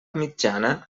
mitjana